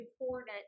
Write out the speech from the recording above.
important